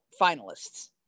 finalists